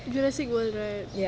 jurassic world right